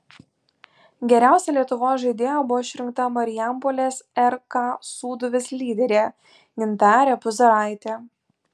geriausia lietuvos žaidėja buvo išrinkta marijampolės rk sūduvis lyderė gintarė puzaraitė